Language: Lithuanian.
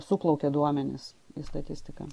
suplaukia duomenis į statistiką